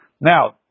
Now